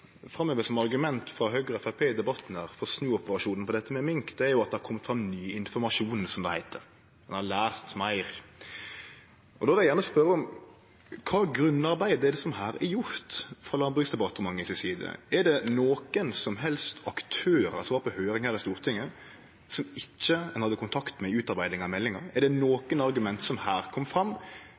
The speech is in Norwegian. som i debatten blir framheva som argument frå Høgre og Framstegspartiet for snuoperasjonen når det gjeld mink, er at det har kome fram ny informasjon, som det heiter – ein har lært meir. Då vil eg gjerne spørje: Kva grunnarbeid er det som her er gjort frå Landbruks- og matdepartementet si side? Er det nokon som helst aktør som var på høyring her i Stortinget, som ein ikkje hadde kontakt med i utarbeidinga av meldinga? Er det nokon argument som her kom fram,